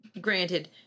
granted